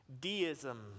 deism